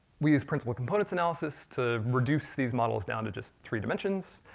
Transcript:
we use principal components analysis to reduce these models down to just three dimensions.